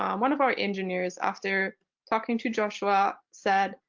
um one of our engineers, after talking to joshua said,